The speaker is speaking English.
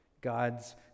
God's